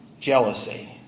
jealousy